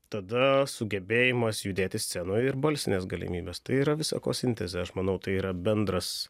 tada sugebėjimas judėti scenoj ir balsinės galimybės tai yra visa ko sintezė aš manau tai yra bendras